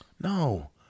No